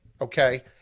okay